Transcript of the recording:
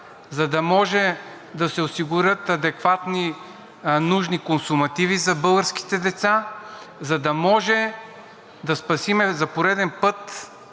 за да може да се осигурят адекватни нужни консумативи за българските деца, за да може да спасим за пореден път